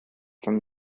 from